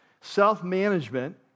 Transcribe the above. self-management